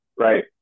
Right